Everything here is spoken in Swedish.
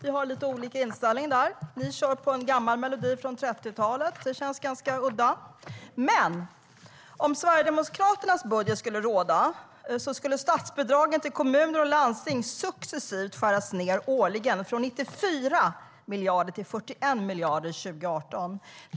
Vi har lite olika inställningar där. Ni kör med en gammal melodi från 30-talet, och det känns ganska udda. Men om Sverigedemokraternas budget skulle gälla skulle statsbidragen till kommuner och landsting successivt skäras ned årligen från 94 miljarder till 41 miljarder 2018.